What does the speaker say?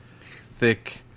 thick